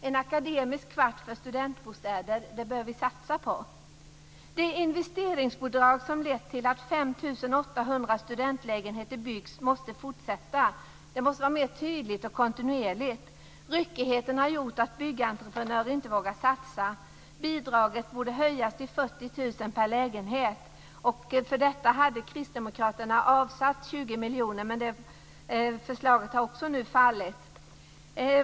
"En akademisk kvart" för studentbostäder bör vi satsa på. Det investeringsbidrag som har lett till att 5 800 studentlägenheter byggts måste man fortsätta med och det måste vara mer tydligt och kontinuerligt. Ryckigheten har gjort att byggentreprenörer inte vågar satsa. Bidraget borde höjas till 40 000 kr per lägenhet. För detta hade Kristdemokraterna avsatt 20 miljoner men också det förslaget har nu fallit.